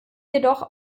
jedoch